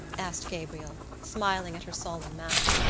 asked gabriel, smiling at her solemn manner.